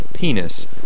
penis